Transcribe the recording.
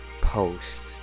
post